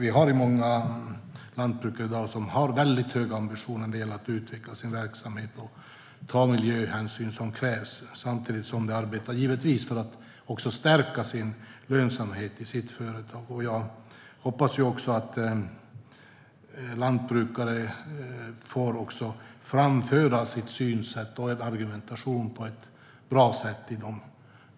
Vi har många lantbrukare i dag som har höga ambitioner när det gäller att utveckla sin verksamhet och ta de miljöhänsyn som krävs samtidigt som de givetvis arbetar för att stärka lönsamheten i sitt företag. Jag hoppas att lantbrukare får framföra sitt synsätt och sin argumentation på ett bra sätt i de